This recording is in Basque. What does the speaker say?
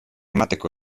emateko